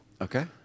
Okay